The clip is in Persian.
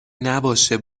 نباشه